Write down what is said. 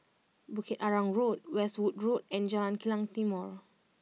Bukit Arang Road Westwood Road and Jalan Kilang Timor